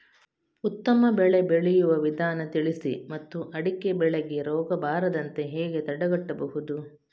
ಉತ್ತಮ ಬೆಳೆ ಬೆಳೆಯುವ ವಿಧಾನ ತಿಳಿಸಿ ಮತ್ತು ಅಡಿಕೆ ಬೆಳೆಗೆ ರೋಗ ಬರದಂತೆ ಹೇಗೆ ತಡೆಗಟ್ಟಬಹುದು?